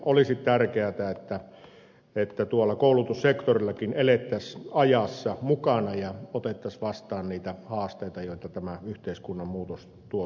olisi tärkeätä että tuolla koulutussektorillakin elettäisiin ajassa mukana ja otettaisiin vastaan niitä haasteita joita tämä yhteiskunnan muutos tuo tullessaan